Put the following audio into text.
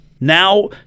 Now